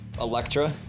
Electra